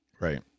right